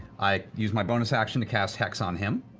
i use my bonus action to cast hex on him.